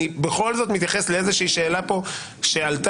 אני בכל זאת מתייחס לאיזה שאלה פה שעלתה,